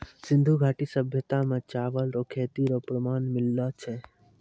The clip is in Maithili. सिन्धु घाटी सभ्यता मे चावल रो खेती रो प्रमाण मिललो छै